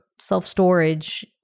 self-storage